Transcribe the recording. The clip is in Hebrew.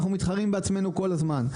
אז אנחנו מתחרים בעצמנו כל הזמן.